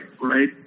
right